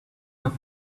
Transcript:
have